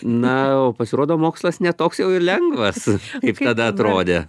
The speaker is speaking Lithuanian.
na o pasirodo mokslas ne toks jau ir lengvas kaip tada atrodė